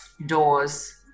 Doors